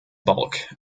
bulk